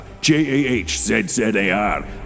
J-A-H-Z-Z-A-R